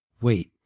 Wait